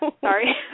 Sorry